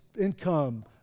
income